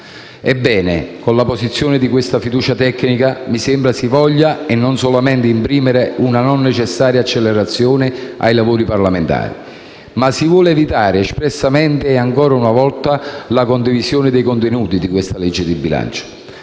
Ebbene, con l'apposizione della fiducia tecnica mi sembra si voglia non solamente imprimere una non necessaria accelerazione ai lavori parlamentari, ma anche evitare espressamente, ancora una volta, la condivisione dei contenuti di questo disegno di legge di bilancio.